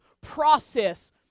process